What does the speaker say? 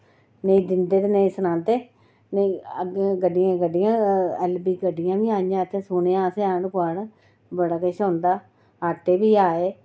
नेईं दिंदे ते नेईं सनांदे गड्डियां गड्डियां एलबी गड्डियां बी आइयां इत्थै सुनेआ असें बड़ा किश औंदा आटे बी आए